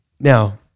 Now